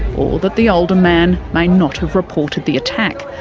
or that the older man may not have reported the attack.